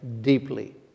deeply